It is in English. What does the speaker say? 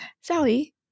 Sally